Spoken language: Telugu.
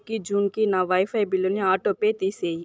మేకి జూన్కి నా వైఫై బిల్లుని ఆటోపే తీసేయి